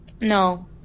No